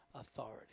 Authority